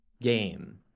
game